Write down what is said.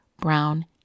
brown